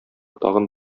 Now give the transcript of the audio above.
тагын